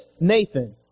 Nathan